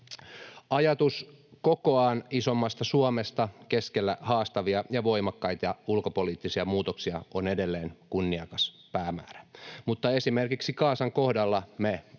Ajatus kokoaan isommasta Suomesta keskellä haastavia ja voimakkaita ulkopoliittisia muutoksia on edelleen kunniakas päämäärä, mutta esimerkiksi Gazan kohdalla me